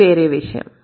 అది వేరే విషయం